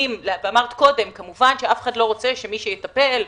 אמרת קודם שאף אחד לא רוצה שמי שיטפל,